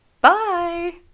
Bye